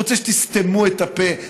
הוא רוצה שתסתמו את הפה.